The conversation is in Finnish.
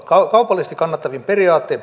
kaupallisesti kannattavin periaattein